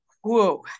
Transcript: Whoa